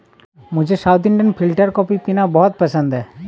मुझे south Indian filter coffee पीना बहुत पसंद है